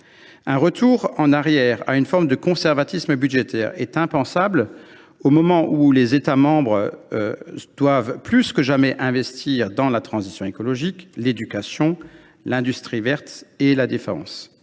Un retour en arrière, vers une forme de conservatisme budgétaire, est impensable au moment où les États membres doivent plus que jamais investir dans la transition écologique, l’éducation, l’industrie verte et la défense.